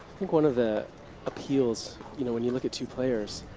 think one of the appeals you know when you look at two players,